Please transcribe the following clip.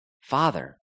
Father